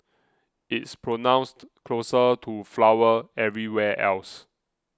it's pronounced closer to flower everywhere else